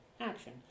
action